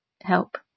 help